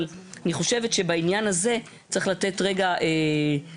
אבל אני חושבת שבעניין הזה צריך לתת זמן.